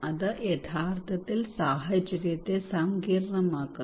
അത് യഥാർത്ഥത്തിൽ സാഹചര്യത്തെ സങ്കീർണ്ണമാക്കുന്നു